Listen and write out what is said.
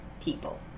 people